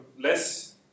less